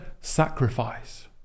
sacrifice